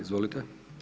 Izvolite.